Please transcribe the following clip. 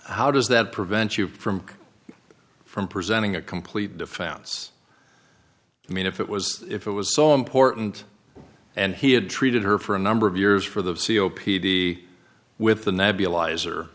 how does that prevent you from from presenting a complete defense i mean if it was if it was so important and he had treated her for a number of years for the c o p d with the nebulizer